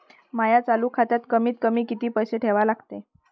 माया चालू खात्यात कमीत कमी किती पैसे ठेवा लागते?